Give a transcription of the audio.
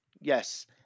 Yes